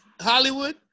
Hollywood